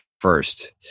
first